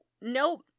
Nope